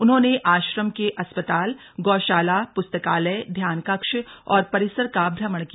उन्होंने आश्रम के अस्पताल गौशाला प्स्तकालय ध्यान कक्ष और परिसर का श्रमण किया